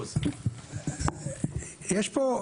יש פה,